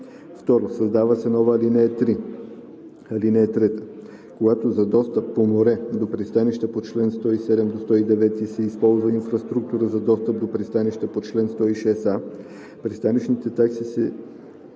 2. Създава се нова ал. 3: „(3) Когато за достъп по море до пристанище по чл. 107 – 109 се използва инфраструктура за достъп до пристанище по чл. 106а, пристанищните такси за ползване